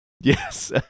yes